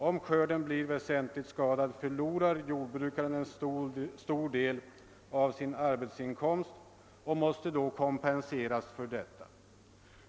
Om skörden blir väsentligt skadad, förlorar jordbrukaren en stor del av sin arbetsinkomst och måste då kompenseras för detta.